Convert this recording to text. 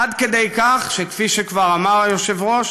עד כדי כך שכפי שכבר אמר היושב-ראש,